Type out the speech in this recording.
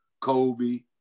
Kobe